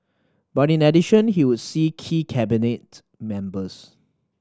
but in addition he would see key Cabinet members